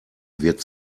wird